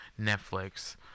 Netflix